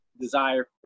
desire